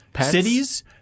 cities